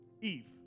Eve